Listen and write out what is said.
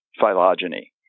phylogeny